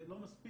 זה לא מספיק.